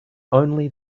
only